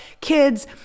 kids